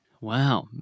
Wow